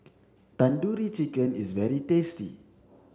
Tandoori Chicken is very tasty